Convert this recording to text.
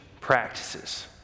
practices